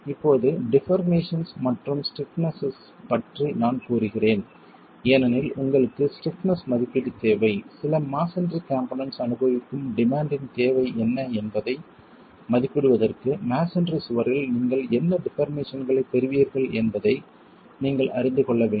இப்போது டிபார்மேசன்ஸ் மற்றும் ஸ்டிப்னஸ்ஸஸ் பற்றி நான் கூறுகிறேன் ஏனெனில் உங்களுக்கு ஸ்டிப்னஸ் மதிப்பீடு தேவை சில மஸோன்றி காம்போனென்ட்ஸ் அனுபவிக்கும் டிமாண்ட் இன் தேவை என்ன என்பதை மதிப்பிடுவதற்கு மஸோன்றி சுவரில் நீங்கள் என்ன டிபார்மேசன்களைப் பெறுவீர்கள் என்பதை நீங்கள் அறிந்து கொள்ள வேண்டும்